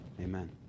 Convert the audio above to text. amen